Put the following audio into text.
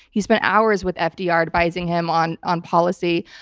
he spent hours with fdr advising him on on policy.